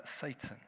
Satan